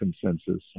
consensus